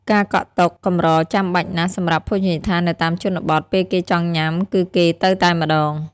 ការកក់ទុកកម្រចាំបាច់ណាស់សម្រាប់ភោជនីយដ្ឋាននៅតាមជនបទ ពេលគេចង់ញាំគឺគេទៅតែម្តង។